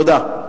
תודה.